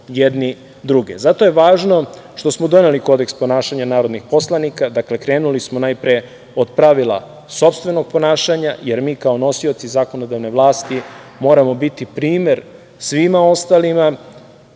je važno što smo doneli Kodeks ponašanja narodnih poslanika. Dakle, krenuli smo najpre od pravila sopstvenog ponašanja, jer mi kao nosioci zakonodavne vlasti moramo biti primer svima ostalima,